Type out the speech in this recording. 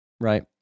Right